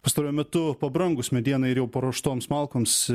pastaruoju metu pabrangus medienai ir jau paruoštoms malkoms